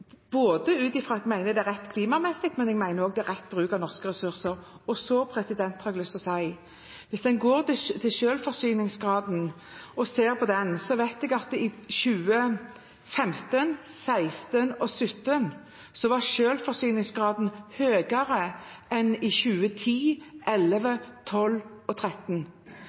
både ut fra at jeg mener det er rett klimamessig, og at jeg også mener det er rett bruk av norske ressurser. Så har jeg lyst til å si: Hvis en går til selvforsyningsgraden og ser på den, vet jeg at i 2015, 2016 og 2017 var selvforsyningsgraden høyere enn i 2010, 2011, 2012 og